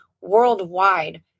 worldwide